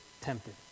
tempted